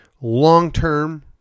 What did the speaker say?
long-term